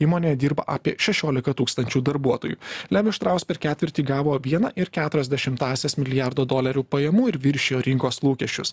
įmonėje dirba apie šešiolika tūkstančių darbuotojų levi štraus per ketvirtį gavo vieną ir keturias dešimtąsias milijardo dolerių pajamų ir viršijo rinkos lūkesčius